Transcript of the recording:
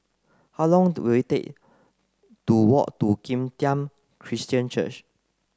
how long will it take to walk to Kim Tian Christian Church